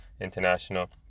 international